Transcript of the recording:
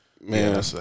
man